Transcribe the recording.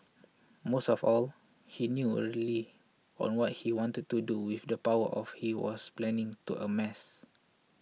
most of all he knew early on what he wanted to do with the power of he was planning to amass